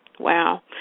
Wow